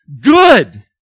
good